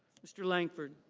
mr. lankford.